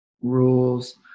rules